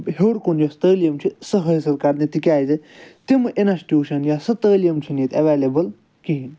ہیوٚر کُن یۄس تٲلیٖم چھِ سۄ حٲصِل کَرنہِ تکیازِ تِم اِنَسٹوٗشَن یا سُہ تٲلیٖم چھَ نہٕ ییٚتہِ اویلیبل کِہیٖنۍ